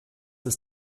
ist